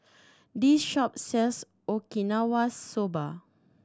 this shop sells Okinawa Soba